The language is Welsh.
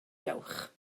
dawch